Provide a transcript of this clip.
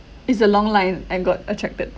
is a long line I got attracted